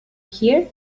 here